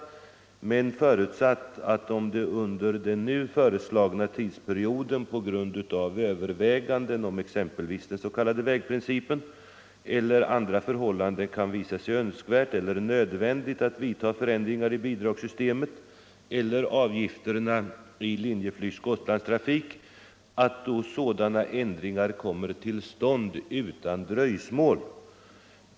Utskottet har emellertid förutsatt, att om det under den nu föreslagna tidsperioden på grund av överväganden om exempelvis den s.k. vägprincipen eller andra förhållanden kan visa sig önskvärt eller nödvändigt att vidta förändringar i bidragssystemet eller i avgifterna i Linjeflygs Gotlandstrafik, så bör sådana ändringar komma till stånd utan dröjsmål.